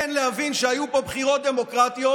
כן להבין שהיו פה בחירות דמוקרטיות,